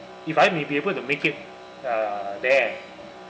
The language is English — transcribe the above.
if I may be able to make it uh there